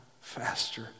faster